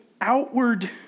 outward